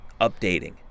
updating